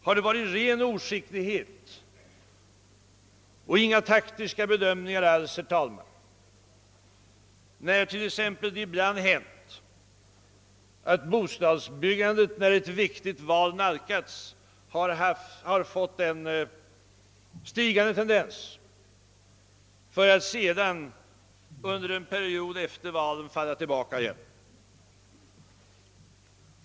Har det varit ren oskicklighet och inga taktiska bedömningar alls, herr talman, när det t.ex. ibland hänt att bostadsbyggandet då ett viktigt val nalkats fått en stigande tendens för att sedan under en period efter valet falla tillbaka igen?